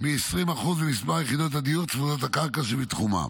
מ-20% ממספר יחידות הדיור צמודות הקרקע שבתחומה.